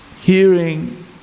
hearing